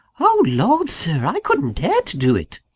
oh lord, sir! i couldn't dare to do it!